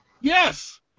Yes